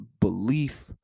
belief